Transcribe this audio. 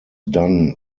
done